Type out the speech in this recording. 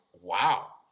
Wow